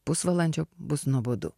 pusvalandžio bus nuobodu